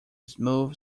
smooth